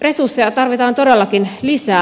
resursseja tarvitaan todellakin lisää